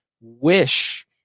wish